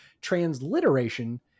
Transliteration